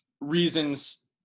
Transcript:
reasons